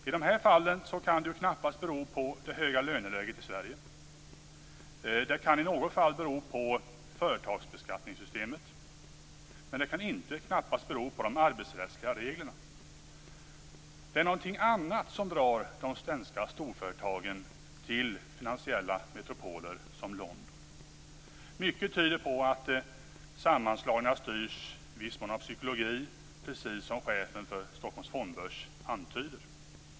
I dessa fall kan det knappast bero på det höga löneläget i Sverige. Det kan i något fall bero på företagsbeskattningssystemet. Men det kan inte bero på de arbetsrättsliga reglerna. Det är någonting annat som drar de svenska storföretagen till finansiella metropoler som London. Mycket tyder på att sammanslagningarna styrs av psykologi, precis som chefen för Stockholms fondbörs har antytt.